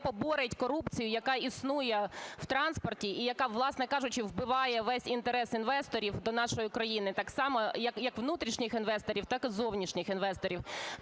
поборить корупцію, яка існує в транспорті і яка, власне кажучи, вбиває весь інтерес інвесторів до нашої країни, так само як внутрішніх інвесторів, так і зовнішніх інвесторів.